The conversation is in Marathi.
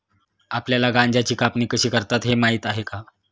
आपल्याला गांजाची कापणी कशी करतात हे माहीत आहे का?